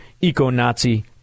eco-Nazi